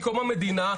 מקום המדינה,